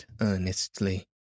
earnestly